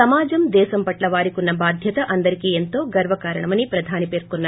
సమాజం దేశం పట్లి వారికున్న బాధ్యత అందరికీ ఎంతో గర్వకారణమని ప్రధాని పేర్కొన్నారు